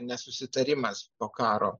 nesusitarimas po karo